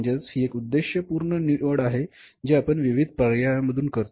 म्हणजेच हि एक उद्देशपूर्ण निवड आहे जी आपण विविध पर्यायांमधून करतो